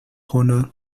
honor